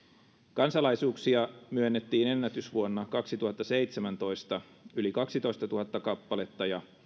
kansalaisuuksia myönnettiin ennätysvuonna kaksituhattaseitsemäntoista yli kaksitoistatuhatta kappaletta ja